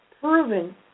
proven